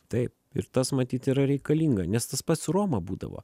taip ir tas matyt yra reikalinga nes tas pats su roma būdavo